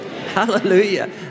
Hallelujah